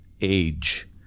age